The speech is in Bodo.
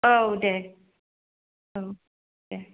औ दे औ दे